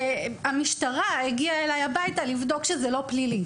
המשטרה הגיעה אליי הביתה לבדוק שזה לא פלילי,